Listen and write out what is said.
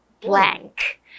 blank